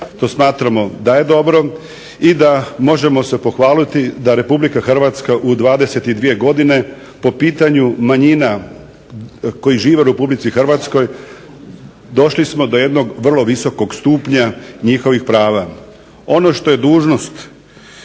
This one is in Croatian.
To smatramo da je dobro i da možemo se pohvaliti da Republika Hrvatska u 22 godine po pitanju manjina koji žive u Republici Hrvatskoj došli smo do jednog vrlo visokog stupnja njihovih prava. Ono što je dužnost